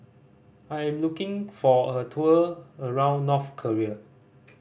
I am looking for a tour around North Korea